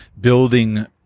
building